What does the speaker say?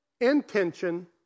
intention